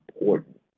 important